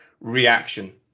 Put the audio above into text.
reaction